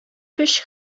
көч